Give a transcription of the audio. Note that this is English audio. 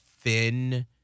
thin